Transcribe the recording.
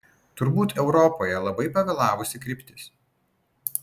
turbūt europoje labai pavėlavusi kryptis